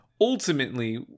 ultimately